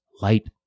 light